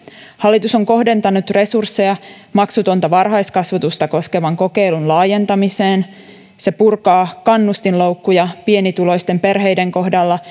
hallitus on kohdentanut resursseja maksutonta varhaiskasvatusta koskevan kokeilun laajentamiseen se purkaa kannustinloukkuja pienituloisten perheiden kohdalla